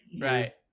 Right